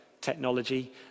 technology